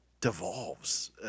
devolves